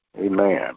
Amen